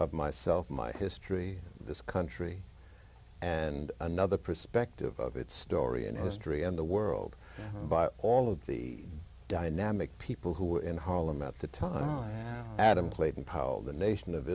of myself my history of this country and another perspective of its story and history and the world by all of the dynamic people who were in harlem at the time adam clayton powell the nation of